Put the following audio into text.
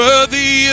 Worthy